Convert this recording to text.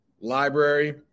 library